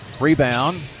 Rebound